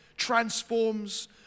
transforms